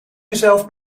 jezelf